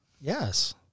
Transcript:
Yes